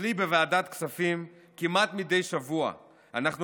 אצלי בוועדת הכספים כמעט מדי שבוע אנחנו